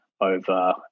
over